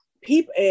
people